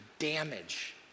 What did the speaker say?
Damage